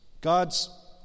God's